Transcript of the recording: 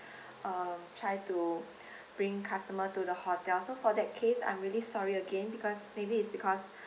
um try to bring customer to the hotel so for that case I'm really sorry again because maybe it's because